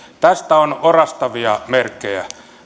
tästä on orastavia merkkejä